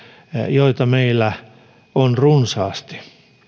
joita meillä on runsaasti